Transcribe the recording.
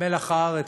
מלח הארץ.